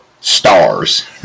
stars